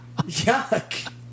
Yuck